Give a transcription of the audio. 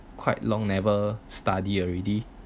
quite long never study already